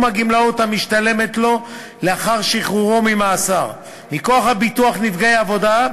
הגמלאות המשתלמות לו מכוח ביטוח נפגעי עבודה,